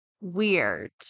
Weird